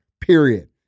period